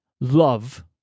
love